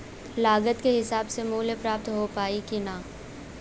लागत के हिसाब से मूल्य प्राप्त हो पायी की ना?